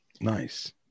Nice